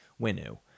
Winu